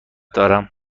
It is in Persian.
دارم